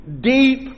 deep